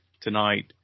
tonight